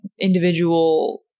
individual